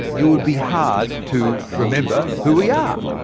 it would be hard to remember who we are.